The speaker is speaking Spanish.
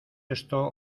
esto